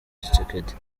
tshisekedi